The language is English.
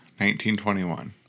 1921